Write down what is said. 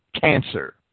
cancer